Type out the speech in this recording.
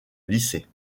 lycée